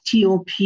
TOP